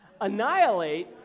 Annihilate